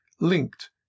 linked